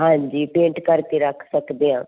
ਹਾਂਜੀ ਪੇਂਟ ਕਰਕੇ ਰੱਖ ਸਕਦੇ ਹਾਂ